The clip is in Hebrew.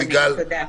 תודה.